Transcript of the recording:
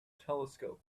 telescope